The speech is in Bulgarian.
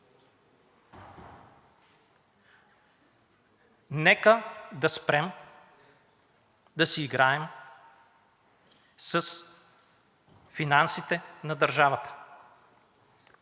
Нека да спрем да си играем с финансите на държавата,